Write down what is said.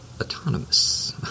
autonomous